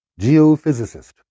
Geophysicist